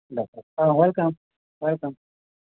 दे दे अवेल काम अवेल काम